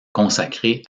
consacré